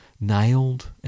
nailed